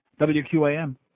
WQAM